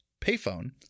payphone